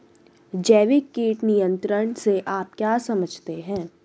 जैविक कीट नियंत्रण से आप क्या समझते हैं?